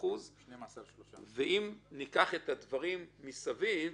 ואם ניקח את הדברים מסביב,